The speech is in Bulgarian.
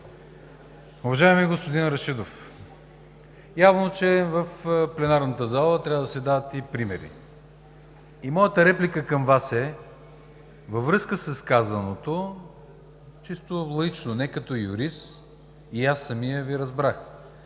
Уважаеми господин Рашидов, явно е, че в пленарната зала трябва да се дават и примери. Моята реплика към Вас е във връзка с казаното, чисто лаично, нека като юрист, и аз Ви разбрах,